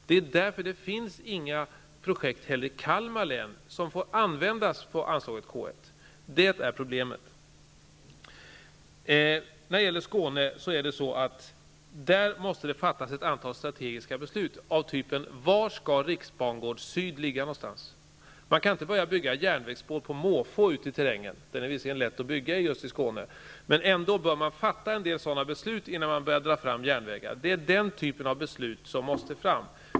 Det finns inga projekt i Kalmar län, där man får anslaget K1. Detta är problemet. När det gäller Skåne måste det fattas ett antal strategiska beslut av typen var skall riksbangård syd ligga någonstans. Man kan inte bara bygga järnvägsspår på måfå ute i terrängen, även om den är lätt att bygga i ute i Skåne. Man bör ändå fatta en del sådana beslut innan man börjar dra fram järnvägar. Det är den typen av beslut som måste fram.